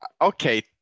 Okay